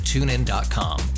TuneIn.com